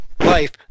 life